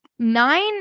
Nine